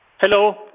hello